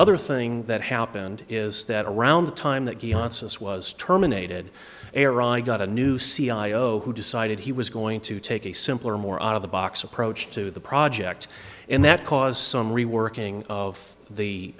other thing that happened is that around the time that this was terminated err i got a new cia who decided he was going to take a simpler more out of the box approach to the project and that cause some reworking of the